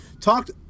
talked